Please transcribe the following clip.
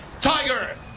Tiger